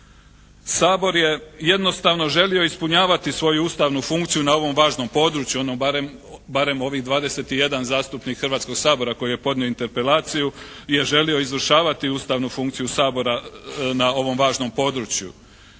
Sabor je jednostavno želio ispunjavati svoju Ustavnu funkciju na ovom važnom području, ono barem, barem ovih 21 zastupnik Hrvatskog sabora koji je podnio interpelaciju jer žele izvršavati Ustavnu funkciju Sabora na ovom važnom području,